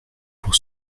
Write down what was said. pour